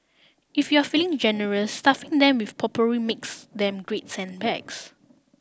if you're feeling generous stuffing them with potpourri makes them great scent bags